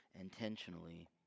intentionally